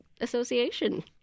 Association